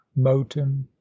moton